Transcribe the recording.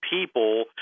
people